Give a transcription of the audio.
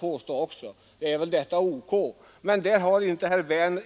Men herr Werner har inte